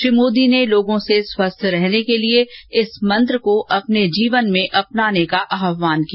श्री मोदी ने लोगों से स्वस्थ रहने के लिए इस मंत्र को अपने जीवन में अपनाने का आह्वान किया